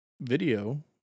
video